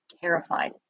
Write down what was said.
Terrified